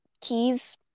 keys